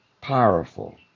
powerful